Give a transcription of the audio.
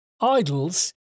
idols